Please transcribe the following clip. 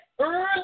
early